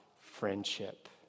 friendship